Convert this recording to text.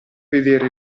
vedere